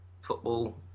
football